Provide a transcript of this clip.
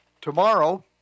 tomorrow